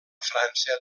frança